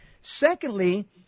Secondly